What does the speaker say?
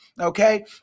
okay